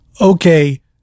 Okay